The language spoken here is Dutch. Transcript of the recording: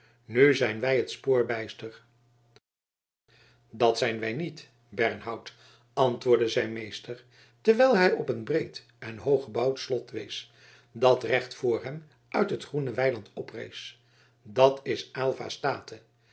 nu zijn wij het spoor geheel bijster dat zijn wij niet berthout antwoordde zijn meester terwijl hij op een breed en hooggebouwd slot wees dat recht voor hem uit het groene weiland oprees dat is aylva state en